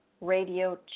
radio